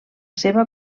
seva